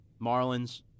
Marlins